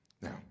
Now